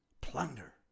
Plunder